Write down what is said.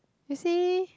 you see